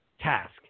task